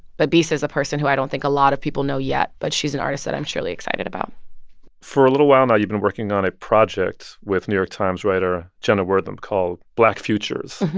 but bisa is a person who i don't think a lot of people know yet, but she's an artist that i'm truly excited about for a little while now, you've been working on a project with new york times writer jenna wortham called black futures.